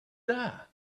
that